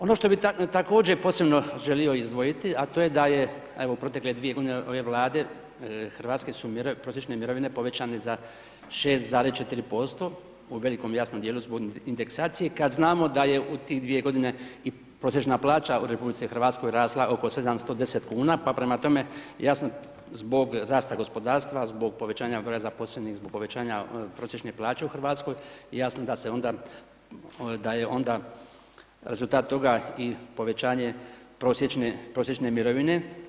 Ono što bih također posebno želio izdvojiti, a to je da je, evo u protekle dvije godine ove Vlade RH, hrvatske su prosječne mirovine povećane za 6,4% u velikom jasnom dijelu zbog indeksacije kad znamo da je u tih dvije godine i prosječna plaća u RH rasla oko 710,00 kn, pa prema tome jasno zbog rasta gospodarstva, zbog povećanja broja zaposlenih, zbog povećanja prosječne plaće u RH, jasno da je onda rezultat toga i povećanje prosječne mirovine.